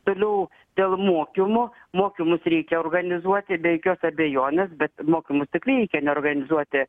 toliau dėl mokymo mokymus reikia organizuoti be jokios abejonės bet mokymus tikrai reikia neorganizuoti